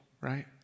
right